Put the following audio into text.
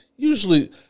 Usually